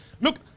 look